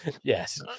Yes